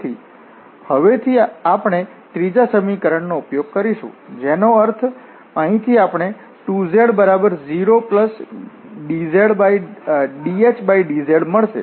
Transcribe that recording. તેથી હવેથી આપણે ત્રીજા સમીકરણનો ઉપયોગ કરીશું જેનો અર્થ અહીંથી આપણને 2z0dhdz મળશે